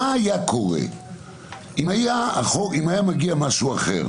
מה היה קורה אם היה מגיע משהו אחר,